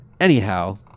Anyhow